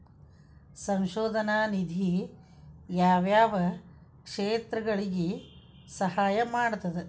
ಸಂಶೋಧನಾ ನಿಧಿ ಯಾವ್ಯಾವ ಕ್ಷೇತ್ರಗಳಿಗಿ ಸಹಾಯ ಮಾಡ್ತದ